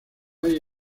hay